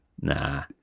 Nah